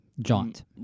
Jaunt